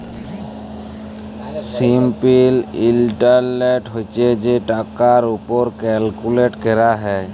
simple interest হছে যে টাকার উপর ক্যালকুলেট ক্যরা হ্যয়